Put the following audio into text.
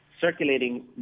circulating